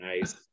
Nice